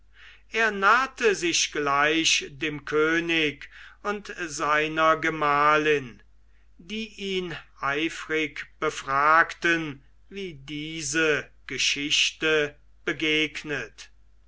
er nahte sich gleich dem könig und seiner gemahlin die ihn eifrig befragten wie diese geschichte begegnet